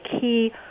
key